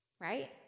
right